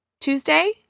Tuesday